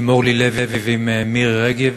אורלי לוי ומירי רגב,